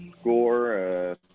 score